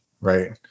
right